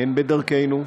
הן בדרכנו,